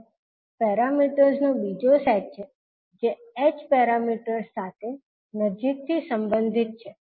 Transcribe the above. હવે પેરામીટર્સનો બીજો સેટ છે જે h પેરામીટર્સ સાથે નજીકથી સંબંધિત છે